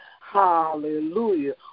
Hallelujah